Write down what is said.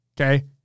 Okay